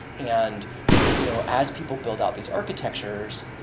and you know as people build out these architectures,